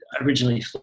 originally